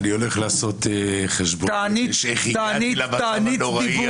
אני הולך לעשות חשבון נפש איך הגעתי למצב הנורא הזה.